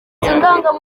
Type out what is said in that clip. ndangamurage